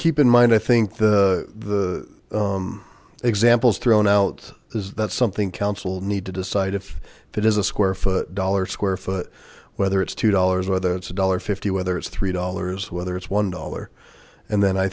keep in mind i think the examples thrown out is that something counsel need to decide if that is a square foot dollar square foot whether it's two dollars whether it's a dollar fifty whether it's three dollars whether it's one dollar and then i